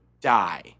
die